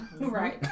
right